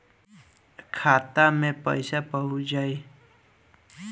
खाता मे पईसा पहुंच जाई